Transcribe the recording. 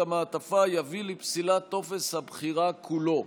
המעטפה יביא לפסילת טופס הבחירה כולו.